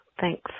Thanks